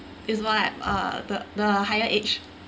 is what uh the the higher age